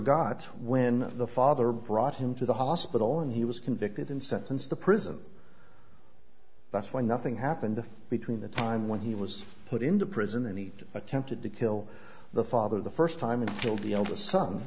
got when the father brought him to the hospital and he was convicted and sentenced to prison that's why nothing happened between the time when he was put into prison and he attempted to kill the father the first time and killed the eldest son